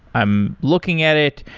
i'm looking at it.